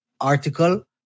article